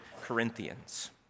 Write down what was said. Corinthians